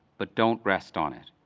but don't rest on it.